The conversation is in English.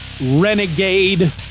Renegade